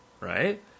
right